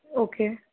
okay